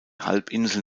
halbinsel